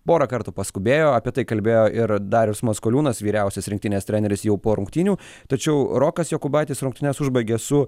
porą kartų paskubėjo apie tai kalbėjo ir darius maskoliūnas vyriausias rinktinės treneris jau po rungtynių tačiau rokas jokubaitis rungtynes užbaigė su